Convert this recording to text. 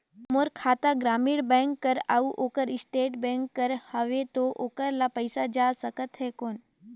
मोर खाता ग्रामीण बैंक कर अउ ओकर स्टेट बैंक कर हावेय तो ओकर ला पइसा जा सकत हे कौन?